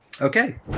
Okay